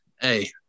Hey